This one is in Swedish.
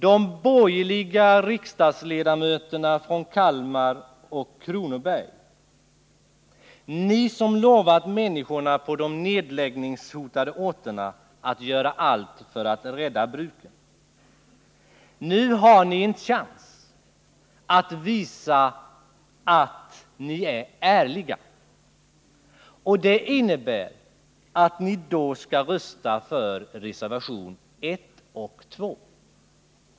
De borgerliga riksdagsledamöterna från Kalmar och Kronoberg som lovade människorna på de nedläggningshotade orterna att göra allt för att rädda bruken har nu en chans att visa att de är ärliga. Det innebär att ni skall rösta för reservationerna I och 2.